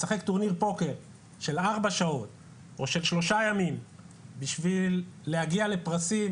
לשחק טורניר פוקר של ארבע שעות או של שלושה ימים בשביל להגיע לפרסים